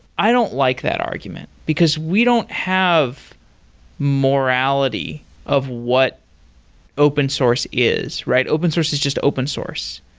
i don't like that argument, because we don't have morality of what open source is, right? open source is just open source.